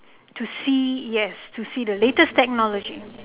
to see yes to see the latest technology